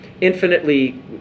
infinitely